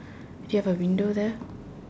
do you have a window there